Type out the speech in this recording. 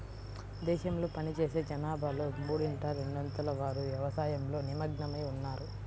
దేశంలో పనిచేసే జనాభాలో మూడింట రెండొంతుల వారు వ్యవసాయంలో నిమగ్నమై ఉన్నారు